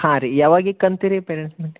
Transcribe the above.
ಹಾಂ ರೀ ಯಾವಾಗ ಇಕ್ಕತೀರಿ ಪೇರೆಂಟ್ಸ್ ಮೀಟಿಂಗ್